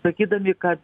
sakydami kad